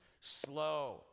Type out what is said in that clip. slow